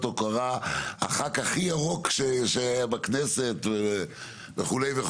הוקרה: חבר הכנסת הכי ירוק שהיה בכנסת וכולי.